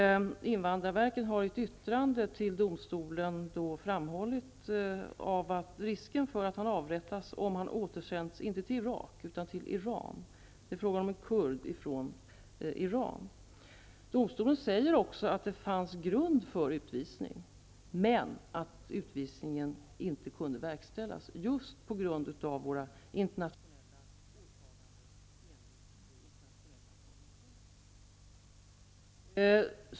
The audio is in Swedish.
Invandrarverket har i ett yttrande till domstolen framhållit risken för att flyktingen avrättas om han återsänds till Iran -- inte till Irak; det är fråga om en kurd från Iran. Domstolen säger också att det fanns grund för utvisning men att utvisningen inte kunde verkställas just på grund av våra åtaganden enligt internationella konventioner.